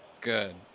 Good